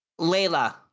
Layla